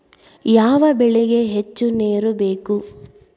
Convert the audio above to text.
ಯಾವ ಬೆಳಿಗೆ ಹೆಚ್ಚು ನೇರು ಬೇಕು?